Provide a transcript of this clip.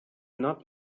not